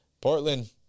Portland